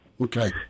Okay